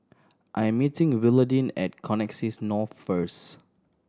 I am meeting Willodean at Connexis North first